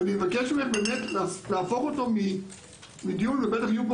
אני מבקש ממך באמת להפוך אותו מדיון ובטח יהיו פה